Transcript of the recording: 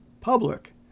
public